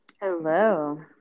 hello